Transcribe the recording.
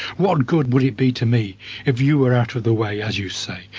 what good would it be to me if you were out of the way, as you say?